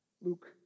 Luke